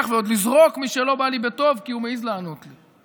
ועוד לזרוק מי שלא בא לי בטוב כי הוא מעז לענות לי.